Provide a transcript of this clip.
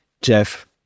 Jeff